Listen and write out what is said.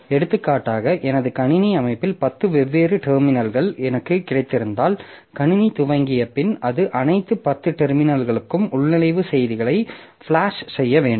எடுத்துக்காட்டாக எனது கணினி அமைப்பில் 10 வெவ்வேறு டெர்மினல்கள் எனக்குக் கிடைத்திருந்தால் கணினி துவங்கிய பின் அது அனைத்து 10 டெர்மினல்களுக்கும் உள்நுழைவு செய்திகளை ப்ளாஷ் செய்ய வேண்டும்